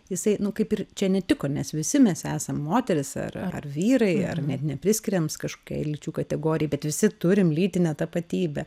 jisai nu kaip ir čia netiko nes visi mes esam moterys ar ar vyrai ar ne nepriskiriam kažkokiai ilčių kategorijai bet visi turim lytinę tapatybę